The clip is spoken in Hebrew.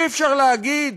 אי-אפשר להגיד: